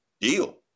deal